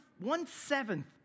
One-seventh